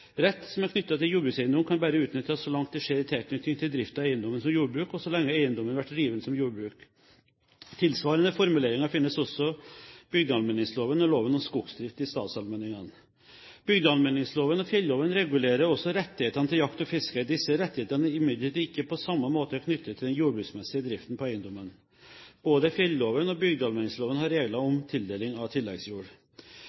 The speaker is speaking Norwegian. som er knytta til jordbrukseigedom kan berre utnyttast så langt det skjer i tilknyting til drifta av eigedomen som jordbruk, og så lenge eigedomen vert driven som jordbruk.» Tilsvarende formuleringer finnes også i bygdeallmenningsloven og loven om skogsdrift i statsallmenningene. Bygdeallmenningsloven og fjelloven regulerer også rettighetene til jakt og fiske. Disse rettighetene er imidlertid ikke på samme måte knyttet til den jordbruksmessige driften på eiendommene. Både fjelloven og bygdeallmenningsloven har regler